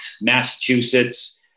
Massachusetts